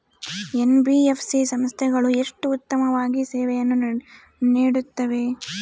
NBFC ಸಂಸ್ಥೆಗಳು ಎಷ್ಟು ಉತ್ತಮವಾಗಿ ಸೇವೆಯನ್ನು ನೇಡುತ್ತವೆ?